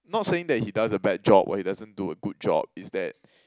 not saying that he does a bad job or he doesn't do a good job it's that